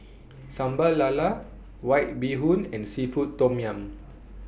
Sambal Lala White Bee Hoon and Seafood Tom Yum